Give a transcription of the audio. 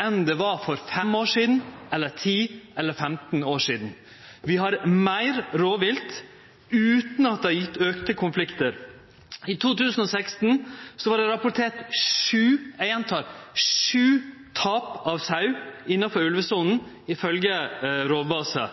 enn det dei var for fem år sidan eller ti eller femten år sidan. Vi har meir rovvilt utan at det har ført til auka konfliktar. I 2016 var det rapportert sju – eg gjentek sju – tap av sau innanfor ulvesona, ifølgje Rovbase.